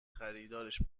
خریدارش